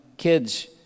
Kids